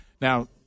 Now –